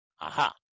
Aha